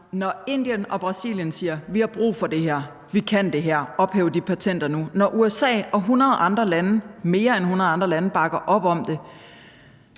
når Indien og Brasilien siger, at vi har brug for det her, og at vi kan det her, og ophæv de patenter nu, og når USA og flere end hundrede andre lande bakker op om det,